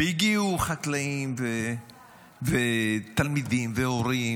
והגיעו חקלאים ותלמידים והורים,